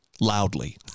loudly